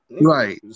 Right